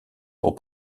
pour